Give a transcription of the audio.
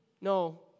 No